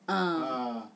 ah